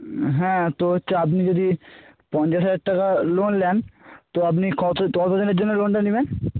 হ্যাঁ তো হচ্ছে আপনি যদি পঞ্চাশ হাজার টাকা লোন নেন তো আপনি কত কত দিনের জন্য লোনটা নেবেন